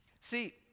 See